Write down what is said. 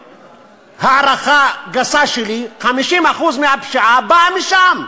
הערכה גסה שלי, 50% מהפשיעה באה משם.